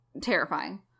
terrifying